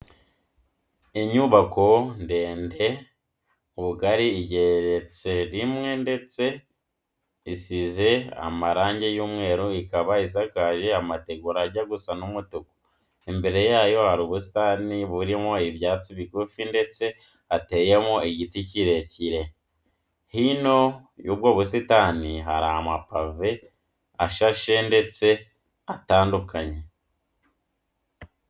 Inyubako ndende mu bugari igeretse rimwe ndetse isize amarange y'umweru ikaba isakaje amategura ajya gusa n'umutuku, imbere yayo hari ubusitani burimo ibyatsi bigufi ndetse hateyemo igiti kirekire. Hino y'ubwo busitani hari amapave ashashe nndetse atandukanye.